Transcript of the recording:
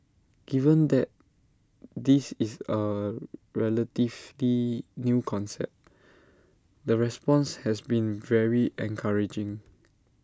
given that this is A relatively new concept the response has been very encouraging